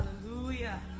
Hallelujah